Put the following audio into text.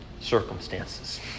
circumstances